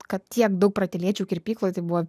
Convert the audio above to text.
kad tiek daug pratylėčiau kirpykloj tai buvo